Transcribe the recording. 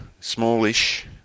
smallish